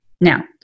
Now